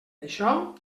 això